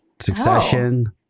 Succession